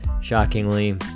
Shockingly